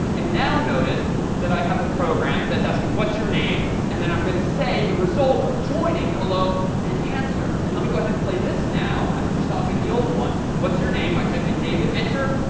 and now notice that i have a program that's asking what's your name and then i'm going to say the result of joining hello and answer. and let me go ahead and play this now, after stopping the old one. what's your name? i type in david, enter,